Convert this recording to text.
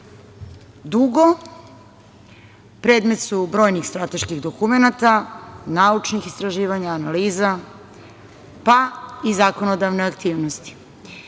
dugo, predmet je brojnih strateških dokumenata, naučnih istraživanja, analiza, pa i zakonodavne aktivnosti.